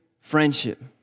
friendship